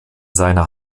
seiner